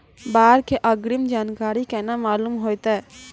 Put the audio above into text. बाढ़ के अग्रिम जानकारी केना मालूम होइतै?